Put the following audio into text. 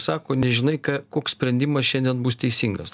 sako nežinai ka koks sprendimas šiandien bus teisingas